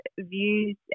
views